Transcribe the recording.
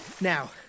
Now